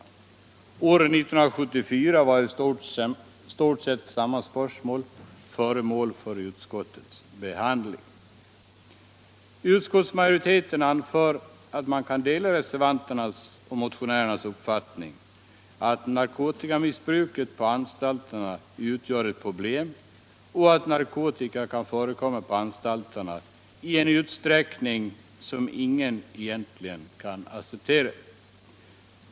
År 1974 var i stort samma spörsmål föremål för utskottets behandling. Utskottsmajoriteten anför att man kan dela reservanternas och motionärernas uppfattning att narkotikamissbruket på anstalterna utgör ett problem och att narkotika förekommer på anstalterna i en utsträckning som ingen egentligen kan acceptera.